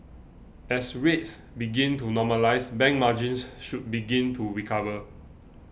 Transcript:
as rates begin to normalise bank margins should begin to recover